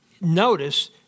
Notice